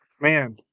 man